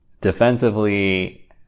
defensively